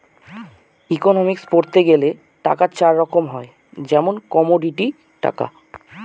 economics পড়তে গেলে টাকা চার রকম হয় যেমন কমোডিটি টাকা